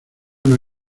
una